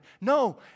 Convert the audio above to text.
No